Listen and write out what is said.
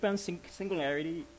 singularity